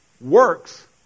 works